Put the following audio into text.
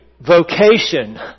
vocation